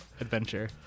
adventure